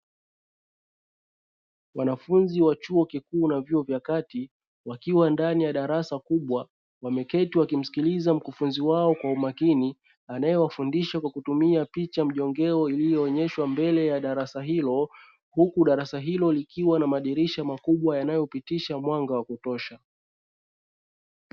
Wanafunzi wa chuo kikuu na vyuo vya kati wakiwa ndani ya darasa kubwa, wameketi wakimsikiliza mkufunzi wao kwa umakini, anayewafundisha kwa kutumia picha mjongeo iliyoonyeshwa mbele ya darasa hilo, huku darasa hilo likiwa na madirisha makubwa yanayopitisha mwanga wa kutosha.